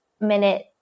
minute